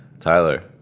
Tyler